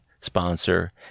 sponsor